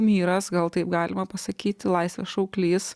vyras gal taip galima pasakyti laisvės šauklys